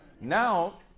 Now